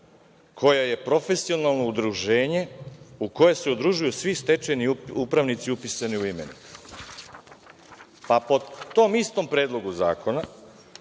koja je profesionalno udruženje u koje se udružuju svi stečajni upravnici upisani u imenik. Po tom istom Predlogu zakona,